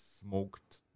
smoked